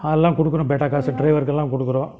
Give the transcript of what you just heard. அதெல்லாம் கொடுக்குறோம் பேட்டா காசு டிரைவருக்கெல்லாம் கொடுக்குறோம்